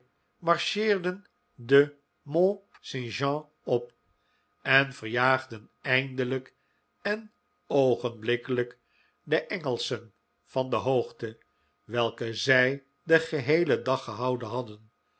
marcheerden den mont st jean op en verjaagden eindelijk en oogenblikkelijk de engelschen van de hoogte welke zij den geheelen dag gehouden hadden